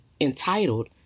entitled